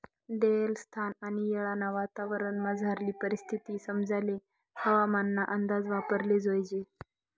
देयेल स्थान आणि येळना वातावरणमझारली परिस्थिती समजाले हवामानना अंदाज वापराले जोयजे